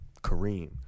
Kareem